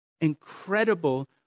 incredible